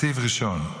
סעיף ראשון,